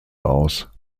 aus